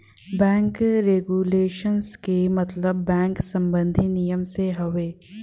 bank regulation क मतलब bank सम्बन्धी नियम से हउवे